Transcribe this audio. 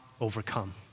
overcome